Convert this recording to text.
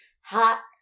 hot